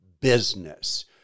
business